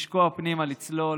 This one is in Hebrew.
לשקוע פנימה, לצלול,